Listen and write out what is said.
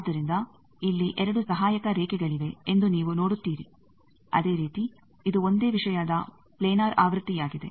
ಆದ್ದರಿಂದ ಇಲ್ಲಿ 2 ಸಹಾಯಕ ರೇಖೆಗಳಿವೆ ಎಂದು ನೀವು ನೋಡುತ್ತೀರಿ ಅದೇ ರೀತಿ ಇದು ಒಂದೇ ವಿಷಯದ ಪ್ಲಾನರ್ ಆವೃತ್ತಿಯಾಗಿದೆ